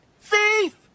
Thief